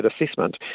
assessment